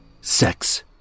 sex